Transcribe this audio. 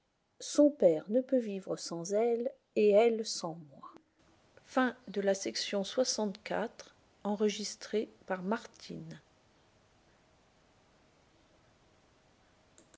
son père ne peut vivre sans elle et elle sans moi